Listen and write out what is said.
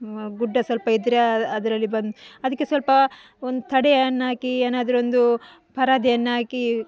ಗುಡ್ಡ ಸ್ವಲ್ಪ ಎದುರಾ ಅದರಲ್ಲಿ ಬಂದು ಅದಕ್ಕೆ ಸ್ವಲ್ಪ ಒಂದು ತಡೆಯನ್ನು ಹಾಕಿ ಏನಾದ್ರೂ ಒಂದು ಪರದೆಯನ್ನು ಹಾಕಿ